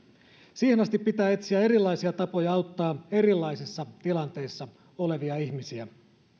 siihen asti pitää etsiä erilaisia tapoja auttaa erilaisissa tilanteissa olevia ihmisiä